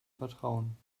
vertrauen